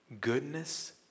goodness